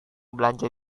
belanja